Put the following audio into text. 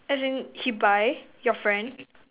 as in he buy your friend